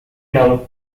null